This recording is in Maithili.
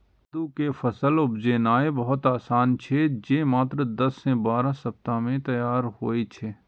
कट्टू के फसल उपजेनाय बहुत आसान छै, जे मात्र दस सं बारह सप्ताह मे तैयार होइ छै